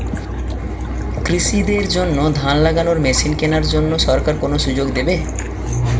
কৃষি দের জন্য ধান লাগানোর মেশিন কেনার জন্য সরকার কোন সুযোগ দেবে?